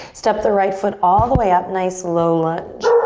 step the right foot all the way up. nice low lunge.